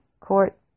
Court